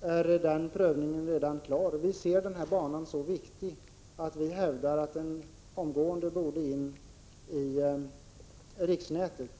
är den prövningen redan klar. Vi ser den banan som så viktig att vi hävdar att den omgående borde in i riksnätet.